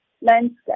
landscape